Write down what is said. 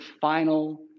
final